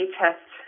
test